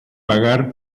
pagar